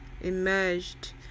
emerged